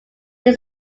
use